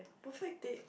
perfect date